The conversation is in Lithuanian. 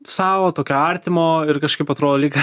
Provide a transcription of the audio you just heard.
savo tokio artimo ir kažkaip atrodo lyg